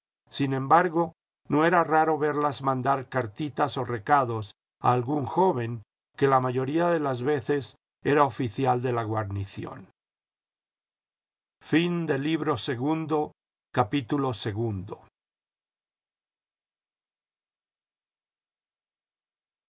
sin embargo no era raro verlas mandar cartitas o recados a algún joven que la mayoría de las veces era oficial de la guarnición